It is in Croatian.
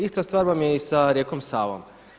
Ista stvar vam je i sa rijekom Savom.